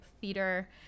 theater